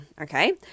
okay